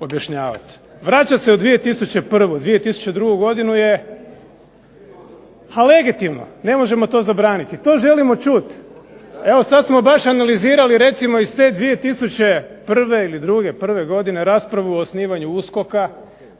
objašnjavati. Vraćati se u 2001., 2002. godinu je legitimno, ne možemo to zabraniti, to želimo čuti. Evo sad smo baš analizirali recimo iz te 2001. ili 2002., 2001. godine raspravu o osnivanju USKOK-a,